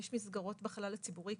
יש מצלמות בחלל הציבורי,